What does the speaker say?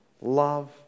love